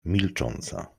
milcząca